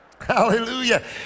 hallelujah